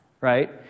right